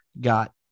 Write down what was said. got